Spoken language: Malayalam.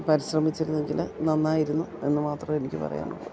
പരിശ്രമിച്ചിരുന്നെങ്കിൽ നന്നായിരുന്നു എന്നു മാത്രമേ എനിക്ക് പറയാനുള്ളു